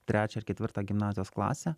trečią ar ketvirtą gimnazijos klasę